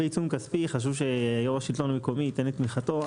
חשוב שיו"ר השלטון המקומי ייתן תמיכתו.